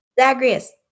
Zagreus